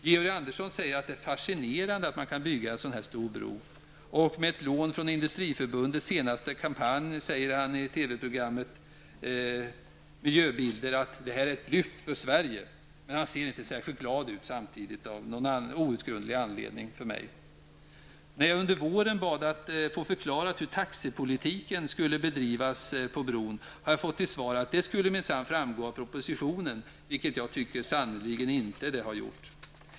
Georg Andersson säger att det är fascinerande att man kan bygga en sådan här stor bro. I TV-programmet Miljöbilder sade han -- med ett lån från industriförbundets senaste kampanj -- att det är ett lyft för Sverige. Men av någon outgrundlig anledning ser han samtidigt inte särskilt glad ut. När jag under våren bad att få förklarat hur taxepolitiken skulle bedrivas fick jag till svar att det skulle framgå av propositionen, vilket det sannerligen inte gjorde.